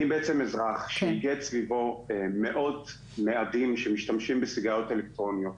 אני אזרח שאיגד סביבו מאות מאדים שמשתמשים בסיגריות אלקטרונית.